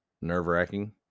nerve-wracking